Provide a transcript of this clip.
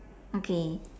okay